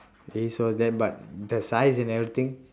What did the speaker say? okay so then but the size and everything